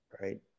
right